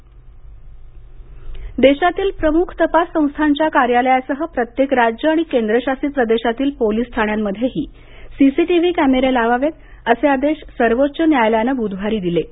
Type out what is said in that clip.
police CCTV देशातील प्रमुख तपास संस्थांच्या कार्यालयासह प्रत्येक राज्य आणि केंद्रशासित प्रदेशातील पोलीस ठाण्यांमध्येही सीसीटीव्ही कॅमेरे लावावे असे आदेश सर्वोच्च न्यायालायनं बुधवारी दिले आहेत